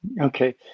Okay